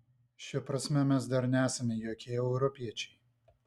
šia prasme mes dar nesame jokie europiečiai